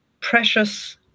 precious